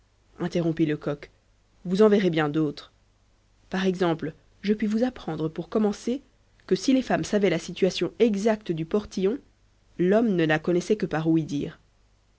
interrompit lecoq vous en verrez bien d'autres par exemple je puis vous apprendre pour commencer que si les femmes savaient la situation exacte du portillon l'homme ne la connaissait que par ouï-dire